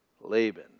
Laban